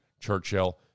Churchill